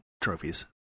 trophies